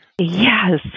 Yes